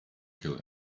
kill